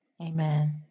Amen